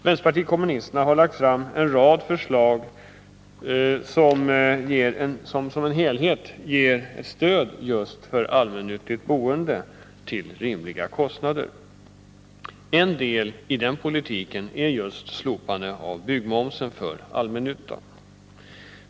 Vpk har lagt fram en rad förslag, vilka som helhet ger stöd just för ett allmännyttigt boende till rimliga kostnader. En del i denna politik är just slopandet av byggmomsen för allmännyttan.